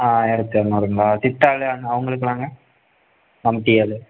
ஆ ஆயிரத்து இரநூறுங்களா சித்தாள் அவு அவங்களுக்குலாங்க மம்முட்டி ஆள்